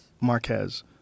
Marquez